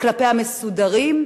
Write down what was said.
וכלפי ה"מסודרים"?